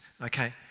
okay